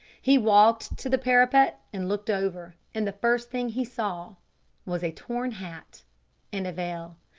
he walked to the parapet and looked over, and the first thing he saw was a torn hat and veil,